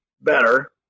better